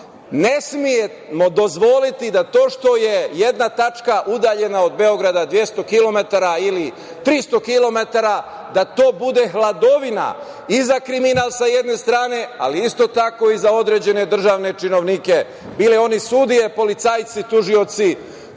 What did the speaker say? Ne smemo dozvoliti da to što je jedna tačka udaljena od Beograda 200 ili 300 kilometara da to bude hladovina iza kriminala, sa jedne strane, ali isto tako i za određene državne činovnike, bili oni sudije, policajci i tužioci